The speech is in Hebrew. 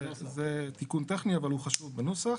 זה תיקון טכני אבל הוא חשוב בנוסח.